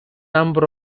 number